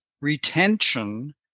retention